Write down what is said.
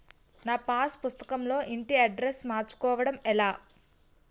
నా పాస్ పుస్తకం లో ఇంటి అడ్రెస్స్ మార్చుకోవటం ఎలా?